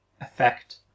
effect